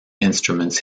instruments